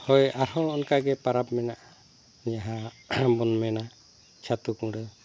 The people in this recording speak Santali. ᱦᱳᱭ ᱟᱨᱦᱚᱸ ᱚᱱᱟᱠᱜᱮ ᱯᱟᱨᱟᱵ ᱢᱮᱱᱟᱜᱼᱟ ᱡᱟᱦᱟᱸ ᱵᱚᱱ ᱢᱮᱱᱟ ᱪᱷᱟᱹᱛᱩ ᱠᱩᱬᱟᱹ